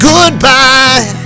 Goodbye